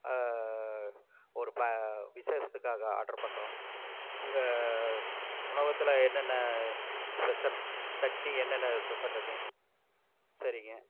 ஒரு விஷேஷத்துக்காக ஆர்டர் பண்ணுறோம் உங்கள் உணவகத்தில் என்னென்ன ஸ்பெஷல் சட்னி என்னென்ன ஸ்பெஷல் இருக்குது சரிங்கள்